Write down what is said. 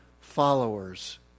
followers